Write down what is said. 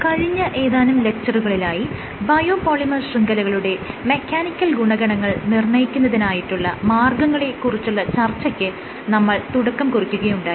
കഴിഞ്ഞ ഏതാനും ലെക്ച്ചറുകളിലായി ബയോ പോളിമർ ശൃംഖലകളുടെ മെക്കാനിക്കൽ ഗുണഗണങ്ങൾ നിർണ്ണയിക്കുന്നതനായിട്ടുള്ള മാർഗ്ഗങ്ങളെ കുറിച്ചുള്ള ചർച്ചയ്ക്ക് നമ്മൾ തുടക്കം കുറിക്കുകയുണ്ടായി